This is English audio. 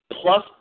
plus